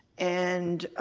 and